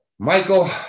Michael